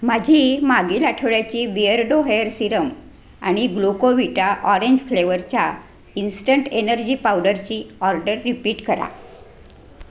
माझी मागील आठवड्याची बिअर्डो हेअर सिरम आणि ग्लुकोविटा ऑरेंज फ्लेवरच्या इंस्टंट एनर्जी पावडरची ऑर्डर रिपीट करा